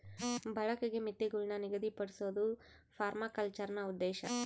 ಬಳಕೆಗೆ ಮಿತಿಗುಳ್ನ ನಿಗದಿಪಡ್ಸೋದು ಪರ್ಮಾಕಲ್ಚರ್ನ ಉದ್ದೇಶ